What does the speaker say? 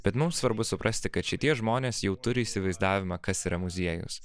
bet mums svarbu suprasti kad šitie žmonės jau turi įsivaizdavimą kas yra muziejus